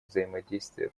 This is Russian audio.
взаимодействие